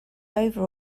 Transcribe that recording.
over